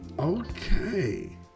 Okay